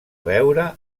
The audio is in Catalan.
veure